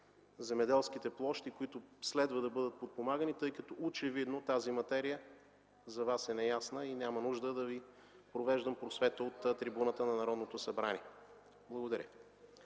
земеделските площи, които следва да бъдат подпомагани, тъй като очевидно тази материя е неясна за Вас и няма нужда да Ви провеждам просвета от трибуната на Народното събрание. Благодаря.